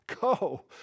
Go